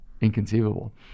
inconceivable